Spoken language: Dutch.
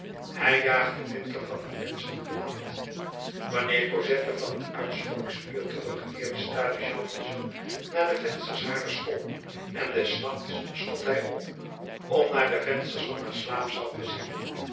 hij jaagt den winter van s menschen gelaat wanneer cosette van het uitspanningsuur terugkeerde staarde jean valjean naar de vensters harer school en des nachts stond hij op om naar de vensters van haar slaapzaal te zien